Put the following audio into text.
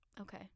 Okay